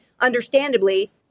understandably